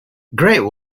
great